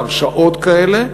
על הרשעות כאלה,